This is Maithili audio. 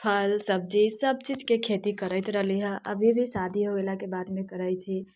फल सब्जी सब चीजके खेती करैत रहली हँ अभी भी शादी हो गेलाके बादमे करैत छी